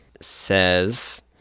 says